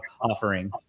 offering